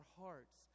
hearts